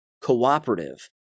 cooperative